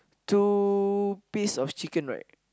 two piece of chicken right